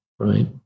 Right